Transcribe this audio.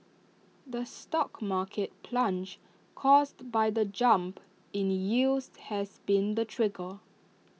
the stock market plunge caused by the jump in yields has been the trigger